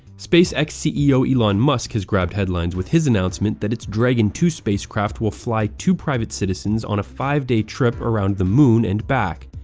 spacex ceo elon musk has grabbed headlines with his announcement that its dragon two spacecraft will fly two private citizens on a five day trip around the moon and back.